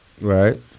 Right